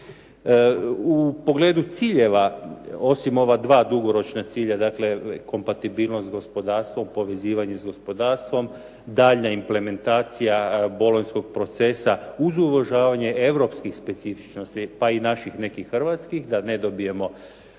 U pogledu ciljeva, osim ova dva dugoročna cilja dakle kompatibilnost gospodarstva u povezivanju s gospodarstvom, daljnja implementacija bolonjskog procesa uz uvažavanje europskih specifičnosti, pa i naših nekih hrvatskih da ne dobijemo